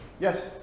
Yes